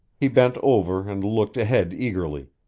he bent over and looked ahead eagerly,